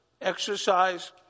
exercise